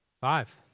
Five